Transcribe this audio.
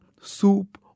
soup